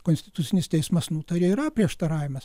konstitucinis teismas nutarė yra prieštaravimas